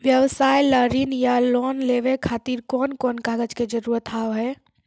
व्यवसाय ला ऋण या लोन लेवे खातिर कौन कौन कागज के जरूरत हाव हाय?